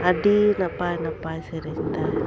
ᱟᱹᱰᱤ ᱱᱟᱯᱟᱭ ᱱᱟᱯᱟᱭ ᱥᱮᱹᱨᱮᱹᱧ ᱛᱟᱭ